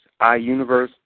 iUniverse